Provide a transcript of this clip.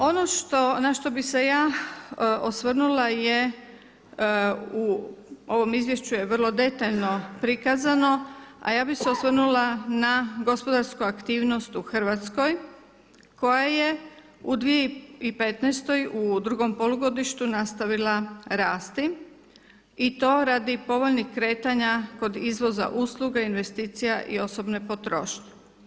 Ono na što bih se ja osvrnula je u ovom izvješću vrlo detaljno prikazano, a ja bih se osvrnula na gospodarsku aktivnost u Hrvatskoj koja je u 2015. u drugom polugodištu nastavila rasti i to radi povoljnih kretanja kod izvoza usluga, investicija i osobne potrošnje.